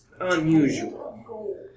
unusual